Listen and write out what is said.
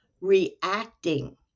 reacting